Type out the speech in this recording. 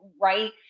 right